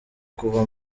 kuva